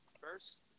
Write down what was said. First